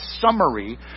summary